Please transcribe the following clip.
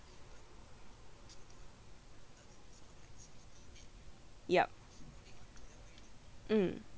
yup mm